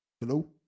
Hello